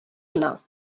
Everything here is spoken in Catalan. anar